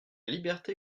liberté